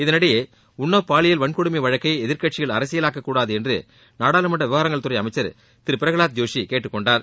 இதனிடையே உன்னவ் பாலியல் வன்கொடுமை வழக்கை எதிர்க்கட்சிகள் அரசியலாக்கக் கூடாது என்று நாடாளுமன்ற விவகாரங்கள் துறை அமைச்சர் திரு பிரகவாத் ஜோஷி கேட்டுக் கொண்டார்